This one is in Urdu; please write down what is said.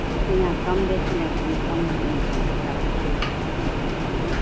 آپ کے یہاں کم بیس میں کم ہوتا ٹھیک